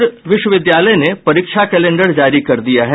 पाटलिपुत्र विश्वविद्यालय ने परीक्षा कैलेंडर जारी कर दिया है